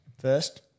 First